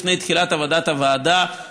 לפני תחילת עבודת הוועדה,